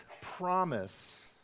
promise